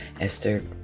esther